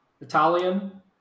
Italian